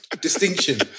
distinction